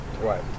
Right